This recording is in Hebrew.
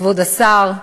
כבוד השר,